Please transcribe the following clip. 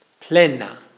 Plena